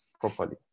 properly